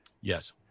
Yes